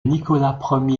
nicolas